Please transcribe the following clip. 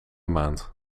maand